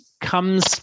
comes